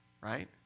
Right